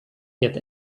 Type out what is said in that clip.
get